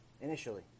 initially